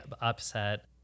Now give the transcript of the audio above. upset